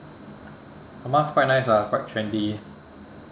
her mask quite nice lah quite trendy